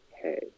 Hey